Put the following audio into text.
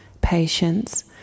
patience